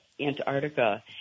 Antarctica